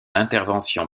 intervention